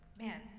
Man